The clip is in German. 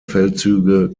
feldzüge